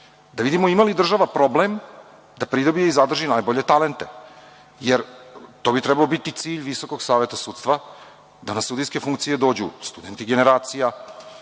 Da vidimo ima li država problem da pridobije i zadrži najbolje talente, jer to bi trebalo biti cilj Visokog saveta sudstva, da na sudijske funkcije dođu studenti generacija,